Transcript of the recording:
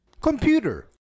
Computer